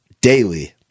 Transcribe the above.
daily